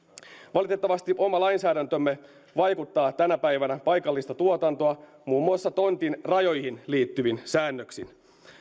valitettavasti oma lainsäädäntömme vaikeuttaa tänä päivänä paikallista tuotantoa muun muassa tontin rajoihin liittyvin säännöksin